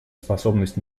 способность